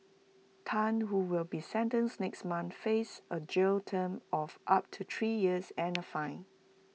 Tan who will be sentenced next month faces A jail term of up to three years and A fine